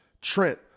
Trent